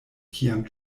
kiam